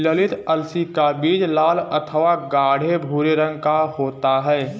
ललीत अलसी का बीज लाल अथवा गाढ़े भूरे रंग का होता है